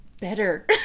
better